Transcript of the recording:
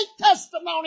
testimony